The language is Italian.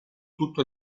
tutto